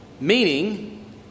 Meaning